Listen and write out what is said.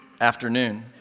afternoon